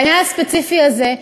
בעניין הספציפי הזה,